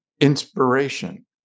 Inspiration